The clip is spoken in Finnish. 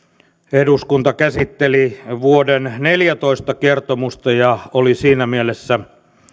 eduskunta käsitteli vuoden neljätoista kertomusta ja oli siinä mielessä